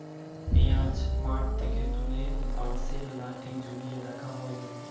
পিঁয়াজ মাঠ থেকে তুলে বাঁশের লাঠি ঝুলিয়ে রাখা হয় কেন?